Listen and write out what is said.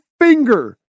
finger